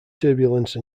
turbulence